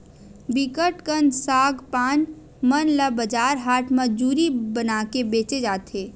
बिकट कन सग पान मन ल बजार हाट म जूरी बनाके बेंचे जाथे